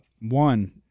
One